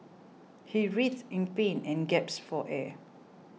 he writhed in pain and gasped for air